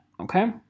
okay